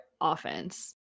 offense